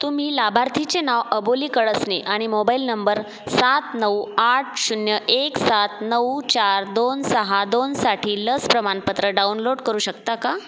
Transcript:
तुम्ही लाभार्थीचे नाव अबोली कळसणे आणि मोबाईल नंबर सात नऊ आठ शून्य एक सात नऊ चार दोन सहा दोनसाठी लस प्रमाणपत्र डाउनलोड करू शकता का